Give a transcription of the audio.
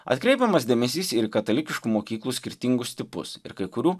atkreipiamas dėmesys ir į katalikiškų mokyklų skirtingus tipus ir kai kurių